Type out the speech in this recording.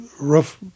rough